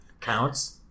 Counts